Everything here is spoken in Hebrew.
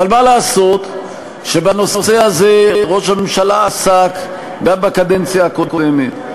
אבל מה לעשות שבנושא הזה ראש הממשלה עסק גם בקדנציה הקודמת,